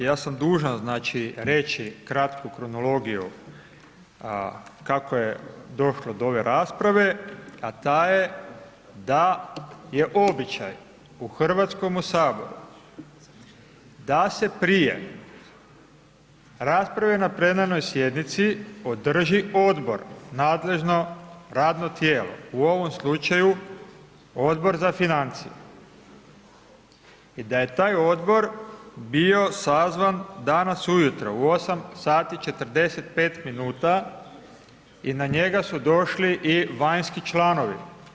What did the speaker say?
Ja sam dužan, znači, reći kratku kronologiju kako je došlo do ove rasprave, a ta je da je običaj u HS da se prije rasprave na plenarnoj sjednici, održi odbor, nadležno radno tijelo, u ovom slučaju Odbor za financije i da je taj odbor bio sazvan danas ujutro u 8,45 sati i na njega su došli i vanjski članovi.